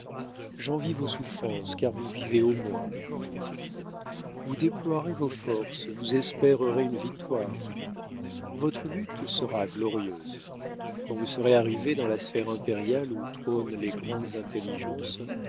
j'envie vos souffrances car vous vivez au moins vous vous déploierez vos forces vous espérerez une victoire votre lutte sera glorieuse quand vous serez arrivé dans la sphère impériale où trônent les grandes intelligences